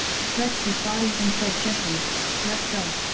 stretched his body and said gently let's go,